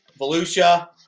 Volusia